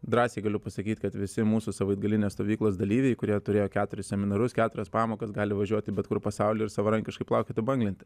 drąsiai galiu pasakyt kad visi mūsų savaitgalinės stovyklos dalyviai kurie turėjo keturis seminarus keturias pamokas gali važiuoti bet kur į pasaulį ir savarankiškai plaukioti banglente